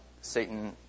Satan